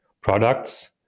products